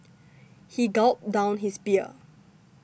he gulped down his beer